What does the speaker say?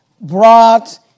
brought